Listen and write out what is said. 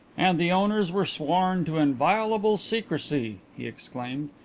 and the owners were sworn to inviolable secrecy! he exclaimed.